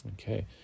Okay